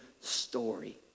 story